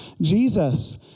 Jesus